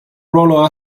ruolo